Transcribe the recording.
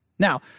Now